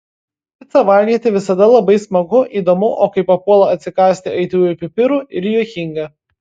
picą valgyti visada labai smagu įdomu o kai papuola atsikąsti aitriųjų pipirų ir juokinga